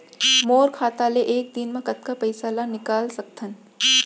मोर खाता ले एक दिन म कतका पइसा ल निकल सकथन?